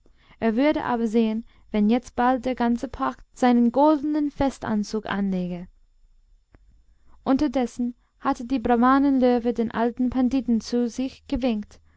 er würde aber sehen wenn jetzt bald der ganze park seinen goldenen festanzug anlege unterdessen hatte der brahmanen löwe den alten panditen zu sich gewinkt